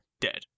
dead